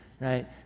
right